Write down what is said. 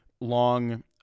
long